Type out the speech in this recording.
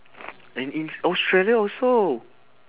and in Australia also